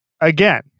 again